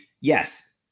Yes